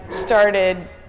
started